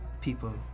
people